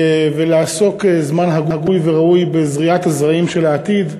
ולעסוק זמן הגון וראוי בזריעת הזרעים של העתיד.